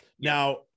Now